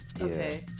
Okay